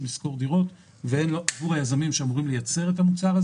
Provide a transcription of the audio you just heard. לשכור דירות או עבור היזמים שאמורים לייצר את המוצר.